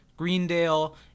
Greendale